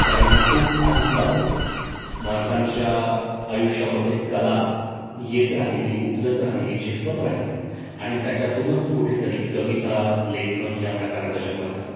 कारण खूप आधीपासून माणसांच्या आयुष्यामध्ये कला येत राहिली उपजत राहिली झिरपत राहिली आणि त्याच्यातूनच कुठेतरी कविता लेखन या प्रकारांचा जन्म झाला